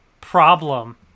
Problem